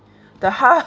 the half